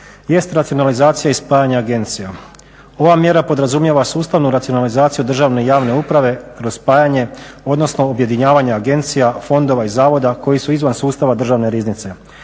jest racionalizacija i spajanje agencija. Ova mjera podrazumijeva sustavu racionalizaciju državne i javne uprave kroz spajanje odnosno objedinjavanje agencija, fondova i zavoda koji su izvan sustava državne riznice